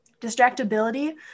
distractibility